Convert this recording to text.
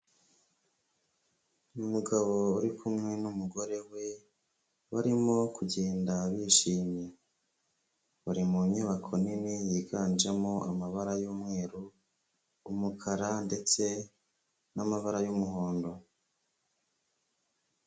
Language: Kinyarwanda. Umugabo uri kumwe n'umugore we, barimo kugenda bishimye. Bari mu nyubako nini yiganjemo amabara y'umweru, umukara ndetse n'amabara y'umuhondo.